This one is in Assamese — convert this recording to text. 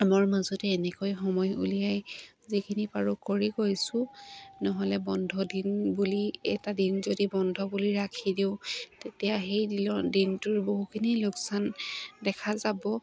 কামৰ মাজতে এনেকৈ সময় উলিয়াই যিখিনি পাৰোঁ কৰি গৈছোঁ নহ'লে বন্ধ দিন বুলি এটা দিন যদি বন্ধ বুলি ৰাখি দিওঁ তেতিয়া সেই দিনৰ দিনটোৰ বহুখিনি লোকচান দেখা যাব